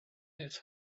his